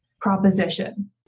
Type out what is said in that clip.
proposition